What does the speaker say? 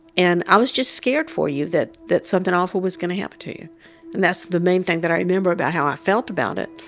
and i was just scared for you that that something awful was going to happen to and that's the main thing that i remember about how i felt about it,